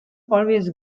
always